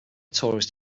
tourist